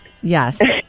Yes